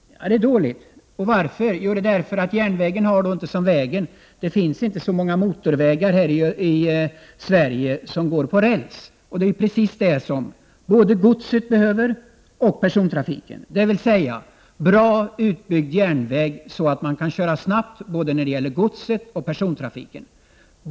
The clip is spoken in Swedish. Det är dåligt. Varför? Jo, därför att det inte finns så många motorvägar i Sverige som går på räls. Vad som behövs är just en väl utbyggd järnväg så att man snabbt kan transportera både gods och personer.